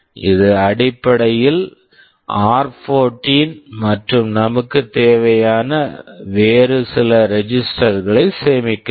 இது அடிப்படையில் ஆர்14 r14 மற்றும் நமக்குத் தேவையான வேறு சில ரெஜிஸ்டர் register களை சேமிக்கிறது